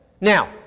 Now